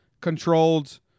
controlled